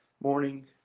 morning